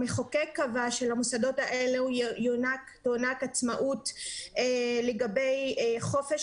המחוקק קבע שלמוסדות האלה תוענק עצמאות לגבי חופש